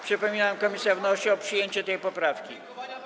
Przypominam, komisja wnosi o przyjęcie tej poprawki.